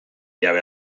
jabe